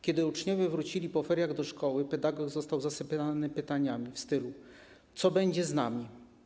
Kiedy uczniowie wrócili po feriach do szkoły, pedagog został zasypany pytaniami w stylu: Co będzie z nami?